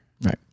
Right